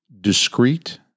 discrete